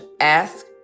ask